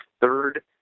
third